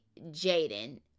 Jaden